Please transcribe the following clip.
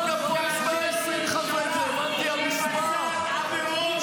ואתם ממשלה שמבצעת עבירות.